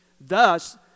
Thus